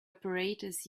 apparatus